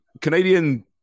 Canadian